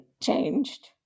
changed